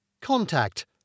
Contact